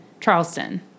Charleston